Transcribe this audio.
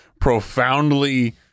profoundly